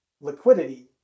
liquidity